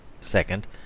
Second